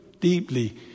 deeply